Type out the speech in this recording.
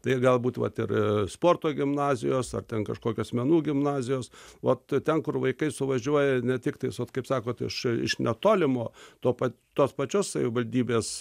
tai galbūt vat ir sporto gimnazijos ar ten kažkokios menų gimnazijos ot ten kur vaikai suvažiuoja ne tik tais ot kaip sakot iš iš netolimo to pat tos pačios savivaldybės